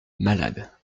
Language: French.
malade